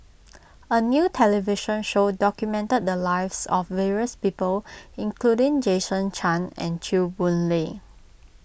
a new television show documented the lives of various people including Jason Chan and Chew Boon Lay